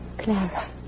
Clara